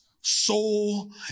soul